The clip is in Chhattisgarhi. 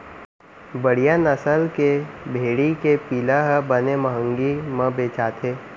बड़िहा नसल के भेड़ी के पिला ह बने महंगी म बेचाथे